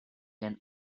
can